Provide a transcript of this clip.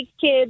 kids